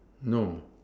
no